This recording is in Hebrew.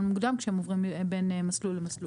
מוקדם כשהם עוברים בין מסלול למסלול.